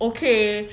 okay